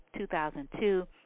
2002